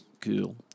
cool